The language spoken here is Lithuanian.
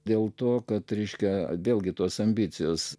dėl to kad ryškią vėlgi tos ambicijos